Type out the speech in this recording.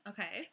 Okay